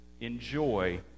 enjoy